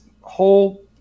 whole